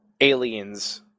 Aliens